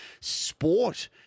sport